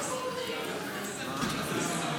איפה אתה חי?